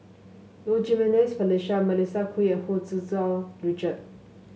Low Jimenez Felicia Melissa Kwee and Hu Tsu Tau Richard